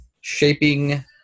shaping